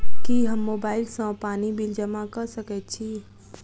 की हम मोबाइल सँ पानि बिल जमा कऽ सकैत छी?